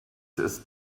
ist